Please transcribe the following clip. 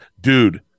dude